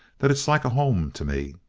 that it's like a home to me.